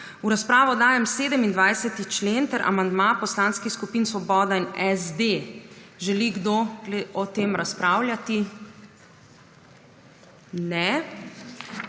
V razpravo dajem 17. člen in amandma poslanskih skupin Svoboda in SD. Želi morda kdo razpravljati? /